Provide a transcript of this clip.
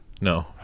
No